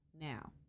Now